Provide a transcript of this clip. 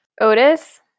Otis